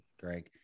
Greg